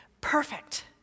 perfect